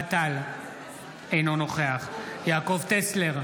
אינו נוכח יעקב טסלר,